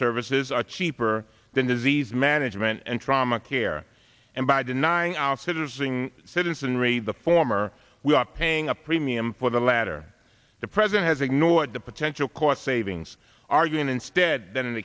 services are cheaper than disease management and trauma care and by denying our sitting citizenry the former we are paying a premium for the latter the president has ignored the potential cost savings arguing instead tha